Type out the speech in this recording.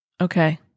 Okay